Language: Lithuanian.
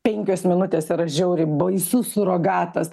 penkios minutės yra žiauriai baisus surogatas